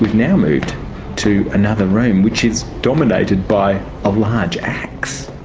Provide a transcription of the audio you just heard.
now moved to another room, which is dominated by a large axe.